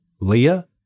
Leah